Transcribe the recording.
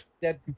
Dead